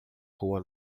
rua